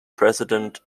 president